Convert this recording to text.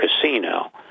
Casino